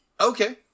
Okay